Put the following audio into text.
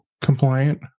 compliant